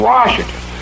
Washington